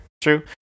true